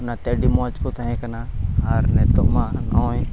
ᱚᱱᱟᱛᱮ ᱟᱹᱰᱤ ᱢᱚᱡᱽ ᱠᱚ ᱛᱟᱦᱮᱸ ᱠᱟᱱᱟ ᱟᱨ ᱱᱤᱛᱚᱜ ᱢᱟ ᱱᱚᱜᱼᱚᱭ